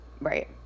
Right